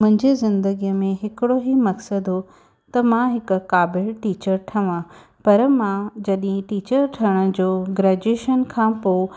मुंहिंजे ज़िंदगीअ में हिकिड़ो ई मकसदु हुओ त मां हिकु काबिल टीचर ठवां पर मां जॾहिं टीचर ठहण जो ग्रैजुएशन खां पोइ